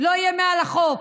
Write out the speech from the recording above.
לא יהיה מעל החוק,